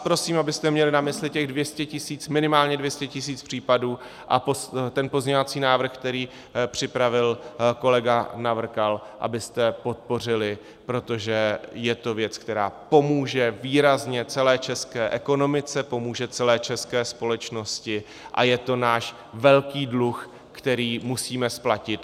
Prosím vás, abyste měli na mysli těch minimálně 200 tisíc případů a pozměňovací návrh, který připravil kolega Navrkal, abyste podpořili, protože je to věc, která pomůže výrazně celé české ekonomice, pomůže celé české společnosti, a je to náš velký dluh, který musíme splatit.